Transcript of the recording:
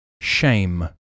Shame